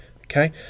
okay